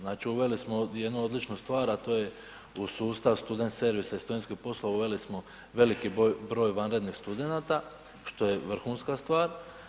Znači uveli smo jednu odličnu stvar, a to je u sustav student servisa i studentskih poslova uveli smo veliki broj vanrednih studenata što je vrhunska stvar.